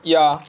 ya